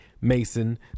mason